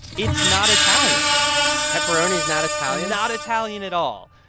it's not italian pepperoni is not italian not italian at all.